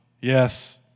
Yes